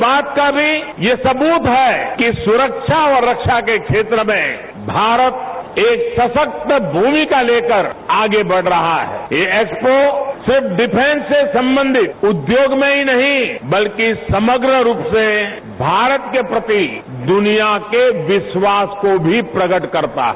इस बात का भी यह सबूत है कि सुरखा और रखा के क्षेत्र में भारत एक सशक्त भूमिका लेकर आगे बढ़ रहा हैं यह एक्सपो सिर्फ डिफ्स से संबंधित उद्योग में ही नहीं बल्कि समग्र रूप से भारत के प्रति दुनिया के विखास को भी प्रकट करता है